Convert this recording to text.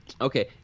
Okay